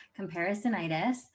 Comparisonitis